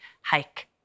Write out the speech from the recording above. hike